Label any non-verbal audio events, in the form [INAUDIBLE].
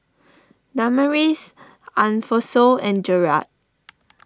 Damaris Alphonso and Jerald [NOISE]